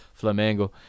Flamengo